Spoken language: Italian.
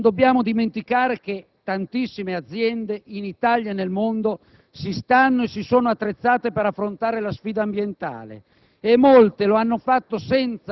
fatica a fare innovazione, tante aziende che culturalmente fanno fatica a guardante avanti, a guardare al cambiamento! Ma